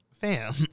fam